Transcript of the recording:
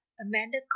Amanda